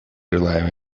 желаем